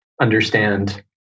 understand